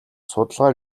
судалгаа